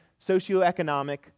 socioeconomic